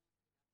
יום התחילה),